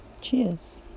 Cheers